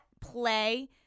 play